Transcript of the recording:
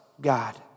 God